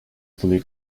fully